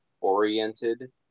oriented